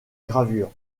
gravure